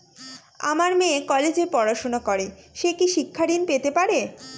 আমার মেয়ে কলেজে পড়াশোনা করে সে কি শিক্ষা ঋণ পেতে পারে?